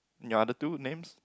your other two names